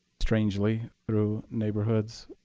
strangely through neighborhoods.